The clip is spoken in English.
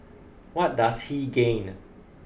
what does he gain